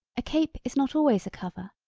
a cape is not always a cover,